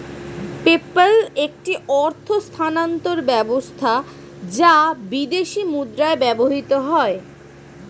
PayPal একটি অর্থ স্থানান্তর ব্যবস্থা যা বিদেশী মুদ্রায় ব্যবহৃত হয়